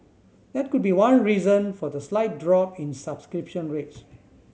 that could be one reason for the slight drop in subscription rates